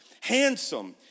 handsome